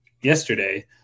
yesterday